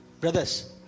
brothers